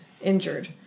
injured